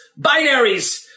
binaries